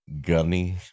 gunny